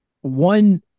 One